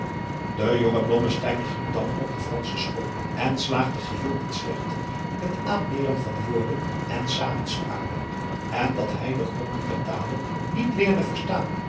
de jonge blommesteyn ging dan op de fransche school en slaagde geheel niet slecht in het aanleeren van woorden en zamenspraken en dat hij de gronden der tale niet leerde verstaan